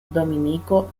dominico